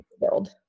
build